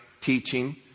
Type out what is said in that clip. teaching